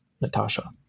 Natasha